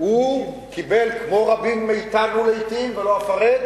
הוא לא יצר את המשבר.